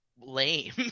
lame